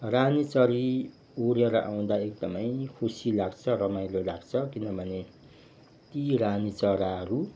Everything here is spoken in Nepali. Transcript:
रानी चरी उडेर आउँदा एकदमै खुसी लाग्छ रमाइलो लाग्छ किनभने ती रानी चराहरू